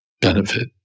benefit